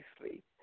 sleep